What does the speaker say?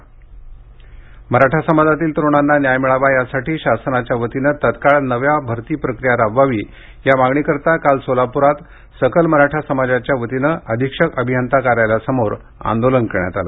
मराठा आंदोलन मराठा समाजातील तरुणांना न्याय मिळावा यासाठी शासनाच्या वतीनं तात्काळ नव्यानं भरती प्रक्रिया राबवावी या मागणीकरता काल सोलापुरात सकल मराठा समाजाच्या वतीनं अधीक्षक अभियंता कार्यालयासमोर आंदोलन करण्यात आलं